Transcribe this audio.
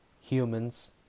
Humans